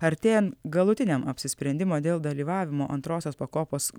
artėjant galutiniam apsisprendimui dėl dalyvavimo antrosios pakopos